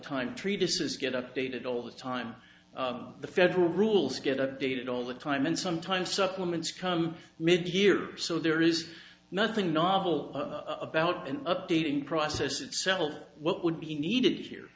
treatises get updated all the time the federal rules get updated all the time and sometimes supplements come mid year so there is nothing novel about and updating process itself what would be needed here